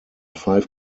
five